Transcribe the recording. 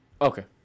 Okay